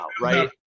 right